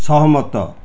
ସହମତ